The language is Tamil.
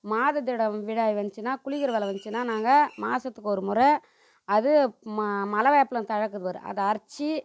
மாத திடம் விடாய் வந்துச்சின்னா குளிக்கிற காலம் வந்துச்சின்னா நாங்க மாதத்துக்கு ஒரு முறை அது ம மலை வேப்பிலை தழக்கு பார் அதை அரைத்து